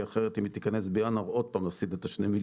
כי אחרת אם היא תיכנס בינואר עוד פעם נפסיד את ה-2,000,000.